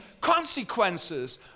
consequences